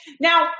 now